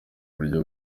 buryo